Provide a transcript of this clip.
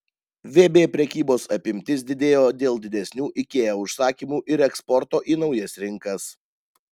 vb prekybos apimtis didėjo dėl didesnių ikea užsakymų ir eksporto į naujas rinkas